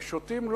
בשוטים?